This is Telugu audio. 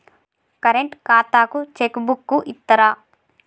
కరెంట్ ఖాతాకు చెక్ బుక్కు ఇత్తరా?